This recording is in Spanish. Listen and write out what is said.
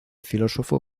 filósofo